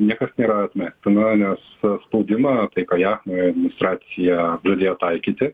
niekas nėra atmestina nes spaudimą tai ką jav administracija pradėjo taikyti